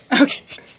Okay